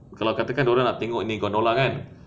kalau katakan dia orang nak tengok ni gondola kan